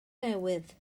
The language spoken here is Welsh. newydd